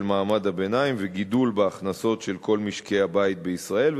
מעמד הביניים וגידול בהכנסות של כל משקי-הבית בישראל.